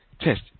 Test